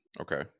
Okay